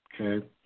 Okay